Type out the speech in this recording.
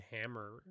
hammer